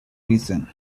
reason